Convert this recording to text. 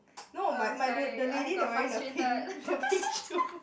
oh sorry I got frustrated